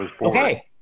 Okay